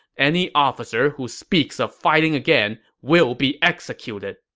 any officer who speaks of fighting again will be executed.